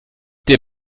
der